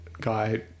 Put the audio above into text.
guy